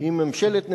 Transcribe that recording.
עם ממשלת נתניהו,